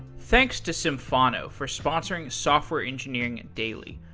thanks to symphono for sponsoring software engineering daily.